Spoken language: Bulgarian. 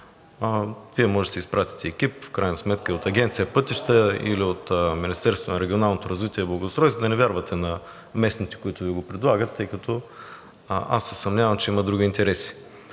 Вие може да изпратите екип в крайна сметка от Агенция „Пътища“ или от Министерството на регионалното развитие и благоустройството – да не вярвате на местните, които Ви го предлагат, тъй като аз се съмнявам, че има други интереси.